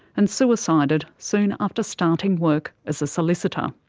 and suicided soon after starting work as a solicitor.